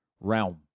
realm